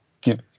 give